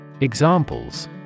Examples